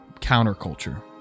counterculture